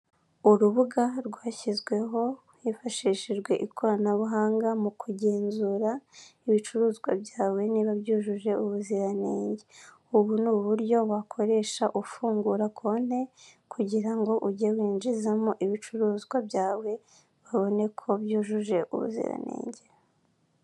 Urubuga rwashyizweho hifashishijwe ikoranabuhanga, mu kugenzura ibicuruzwa byawe niba byujuje ubuziranenge, ubu ni uburyo wakoresha ufungura konti kugira ngo ujye winjizamo ibicuruzwa byawe babone ko byujuje ubuziranenge.